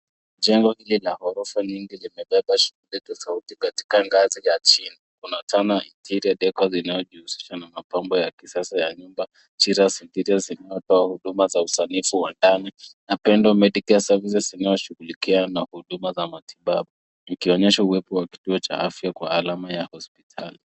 Jengo nne la ghorofa nyingi limebeba shughuli nyingi za sauti katika ngazi ya chini. Kuna Turner Interior Decor inayojihusisha na mapambo ya kisasa ya nyumba. Chiraz Interiors humpa huduma za usanifu za ndani. Na Pendo Medicare services inayoshughulikia na huduma za matibabu zikionyesha uwepo wa kituo cha afya kwa alama ya hospitali.